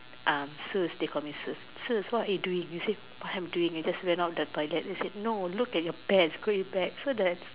they call me look at your pants